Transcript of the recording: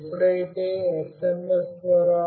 ఎప్పుడైతే SMS ద్వారా